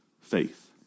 faith